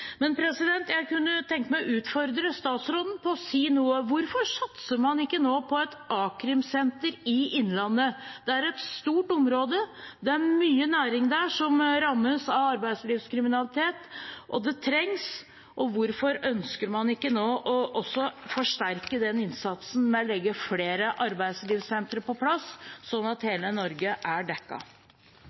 Jeg kunne tenke meg å utfordre statsråden på å si noe om hvorfor man ikke nå satser på et a-krimsenter i Innlandet. Det er et stort område, og det er mye næring der som rammes av arbeidslivskriminalitet, så det trengs. Hvorfor ønsker man ikke nå å forsterke den innsatsen ved legge flere arbeidskrimsentre på plass, sånn at hele Norge er